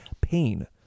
pain